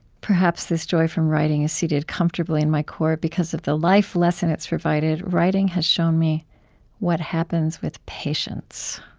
perhaps this joy from writing is seated comfortably in my core because of the life lesson it's provided. writing has shown me what happens with patience.